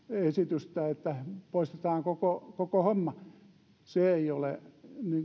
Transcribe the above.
esitystä että poistetaan koko koko homma se ei ole